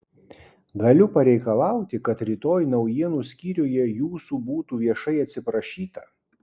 galiu pareikalauti kad rytoj naujienų skyriuje jūsų būtų viešai atsiprašyta